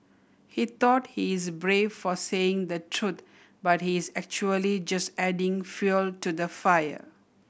he thought he is brave for saying the truth but he is actually just adding fuel to the fire